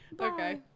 Okay